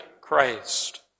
Christ